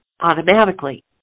automatically